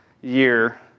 year